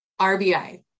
RBI